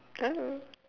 I don't know